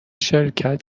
شرکت